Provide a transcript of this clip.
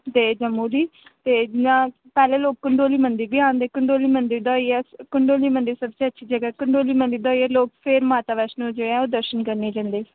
ते जम्मू दी ते जियां पैह्ले लोक कंडोली मंदर बी आंदे कंडोली मंदर दां होइयै कंडोली मंदर सबतो अच्छी जगह ऐ कंडोली मंदर दा होइयै फिर लोक माता वैष्णो जे ऐ दर्शन करने ई जंदे